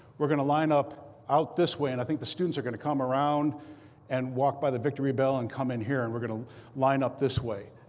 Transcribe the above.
we're going to line up out this way. and i think the students are going to come around and walk by the victory bell and come in here. and we're going to line up this way.